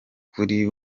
kuri